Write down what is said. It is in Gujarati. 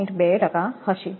2 હશે